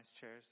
chairs